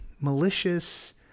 malicious